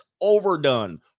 overdone